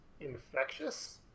infectious